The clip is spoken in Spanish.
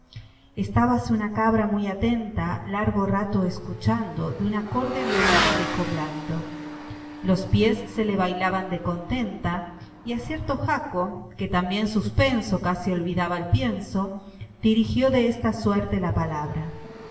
estábase una cabra muy atenta largo rato escuchando de un acorde violín el eco blando los pies se la bailaban de contenta y a cierto jaco que también suspenso casi olvidaba el pienso dirigió de esta suerte la palabra